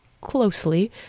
closely